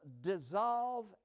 dissolve